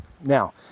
Now